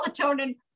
melatonin